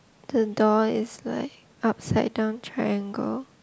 the door is like upside down triangle